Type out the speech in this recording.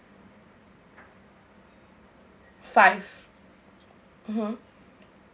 five mmhmm